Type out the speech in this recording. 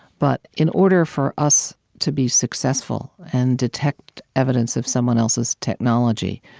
but in order for us to be successful and detect evidence of someone else's technology,